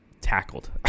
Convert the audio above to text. tackled